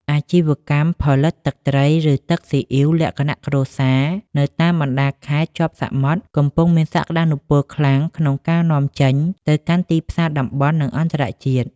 អាជីវកម្មផលិតទឹកត្រី ឬទឹកស៊ីអ៊ីវលក្ខណៈគ្រួសារនៅតាមបណ្ដាខេត្តជាប់សមុទ្រ កំពុងមានសក្ដានុពលខ្លាំងក្នុងការនាំចេញទៅកាន់ទីផ្សារតំបន់ និងអន្តរជាតិ។